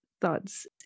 thoughts